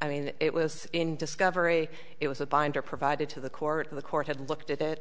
i mean it was in discovery it was a binder provided to the court to the court had looked at it